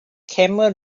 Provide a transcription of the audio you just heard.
camel